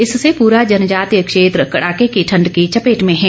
इससे पूरा जनजातीय क्षेत्र कड़ाके की ठंड की चपेट में है